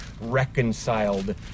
reconciled